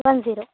one zero